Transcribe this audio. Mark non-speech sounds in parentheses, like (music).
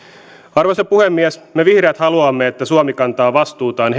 arvoisa puhemies me vihreät haluamme että suomi kantaa vastuutaan (unintelligible)